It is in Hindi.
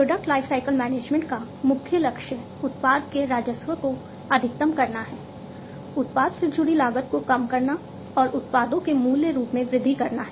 प्रोडक्ट लाइफसाइकिल मैनेजमेंट का मुख्य लक्ष्य उत्पाद के राजस्व को अधिकतम करना है उत्पाद से जुड़ी लागत को कम करना और उत्पादों के मूल्य में वृद्धि करना है